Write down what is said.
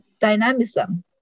dynamism